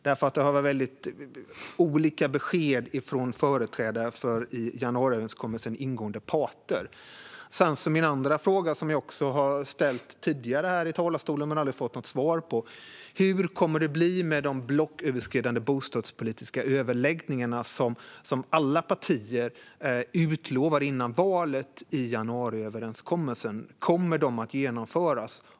Det har nämligen kommit väldigt olika besked från företrädare för i januariöverenskommelsen ingående parter. Min andra fråga, som jag har ställt tidigare här i talarstolen men aldrig fått något svar på, är: Hur kommer det att bli med de blocköverskridande bostadspolitiska överläggningarna, som alla partier utlovade före valet, i januariöverenskommelsen - kommer de att genomföras?